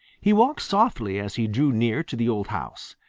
he walked softly as he drew near to the old house.